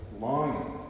longing